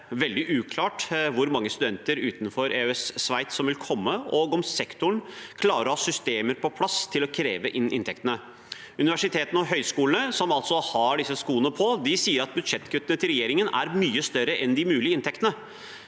er det veldig uklart hvor mange studenter utenfor EØS og Sveits som vil komme, og om sektoren klarer å ha systemer på plass til å kreve inn inntektene. Universitetene og høyskolene, som altså har disse skoene på, sier at budsjettkuttene til regjeringen er mye større enn de mulige inntektene.